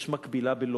יש מקבילה בלוד,